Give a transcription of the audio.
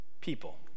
people